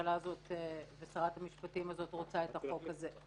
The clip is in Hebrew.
הממשלה הזאת ושרת המשפטים רוצות את החוק הזה.